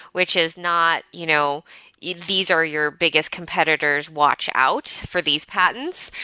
which is not, you know yeah these are your biggest competitors. watch out for these patents.